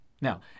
Now